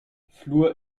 fluor